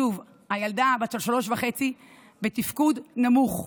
שוב, הילדה בת השלוש וחצי בתפקוד נמוך.